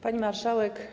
Pani Marszałek!